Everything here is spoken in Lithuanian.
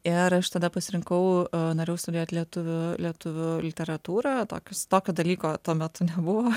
ir aš tada pasirinkau norėjau studijuot lietuvių lietuvių literatūrą tokius tokio dalyko tuo metu nebuvo